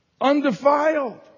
Undefiled